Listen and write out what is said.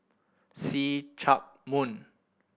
See Chak Mun